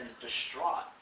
distraught